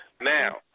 Now